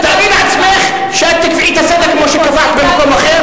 תארי לעצמך שאת תקבעי את הסדר כמו שקבעת במקום אחר.